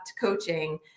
coaching